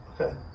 Okay